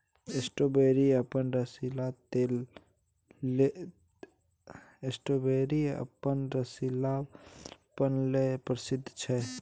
strawberry अपन रसीलापन लेल प्रसिद्ध छै